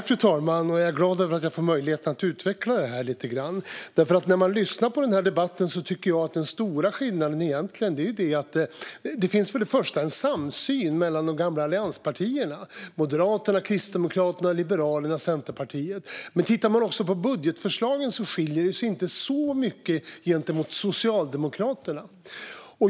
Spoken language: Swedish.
Fru talman! Jag är glad över att jag får möjlighet att utveckla detta lite grann. När man lyssnar på denna debatt tycker jag att det finns en samsyn mellan de gamla allianspartierna - Moderaterna, Kristdemokraterna, Liberalerna och Centerpartiet. Men om man också tittar på budgetförslagen skiljer de sig inte så mycket från Socialdemokraterna.